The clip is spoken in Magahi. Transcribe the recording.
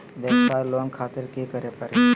वयवसाय लोन खातिर की करे परी?